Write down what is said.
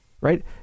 right